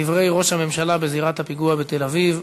דברי ראש הממשלה בזירת הפיגוע בתל-אביב,